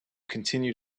continue